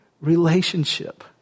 relationship